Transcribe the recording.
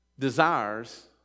Desires